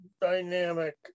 dynamic